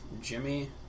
Jimmy